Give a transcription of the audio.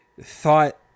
thought